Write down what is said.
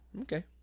Okay